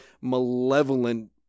malevolent